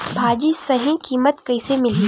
भाजी सही कीमत कइसे मिलही?